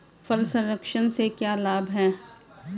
फल संरक्षण से क्या लाभ है?